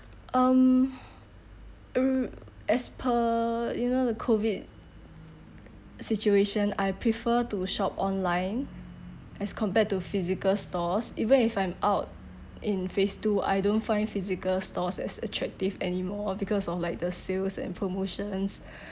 um err as per you know the COVID situation I prefer to shop online as compared to physical stores even if I'm out in phase two I don't find physical stores as attractive anymore because of like the sales and promotions